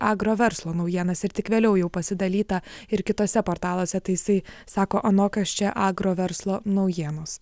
agro verslo naujienas ir tik vėliau jau pasidalyta ir kituose portaluose tai jisai sako anokios čia agro verslo naujienos